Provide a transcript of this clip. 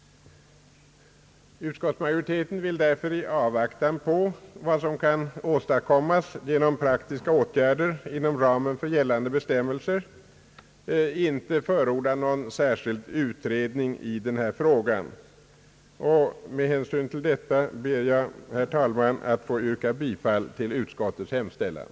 Utskottsmajoriteten vill därför iavvaktan på vad som kan åstadkommas genom praktiska åtgärder inom ramen för gällande bestämmelser inte förorda någon särskild utredning i den här frågan. Med hänsyn till detta ber jag, herr talman, att få yrka bifall till utskottets hemställan.